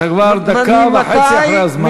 חבר הכנסת דב חנין, אתה כבר דקה וחצי אחרי הזמן.